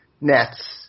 Nets